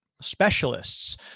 specialists